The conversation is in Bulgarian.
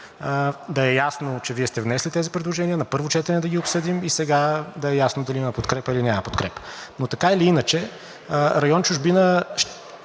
да е ясно, че Вие сте внесли тези предложения на първо четене, да ги обсъдим и сега да е ясно дали има подкрепа, или няма подкрепа. Но така или иначе, район „Чужбина“